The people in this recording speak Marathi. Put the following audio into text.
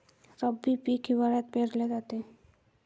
रब्बी पीक हिवाळ्यात पेरले जाते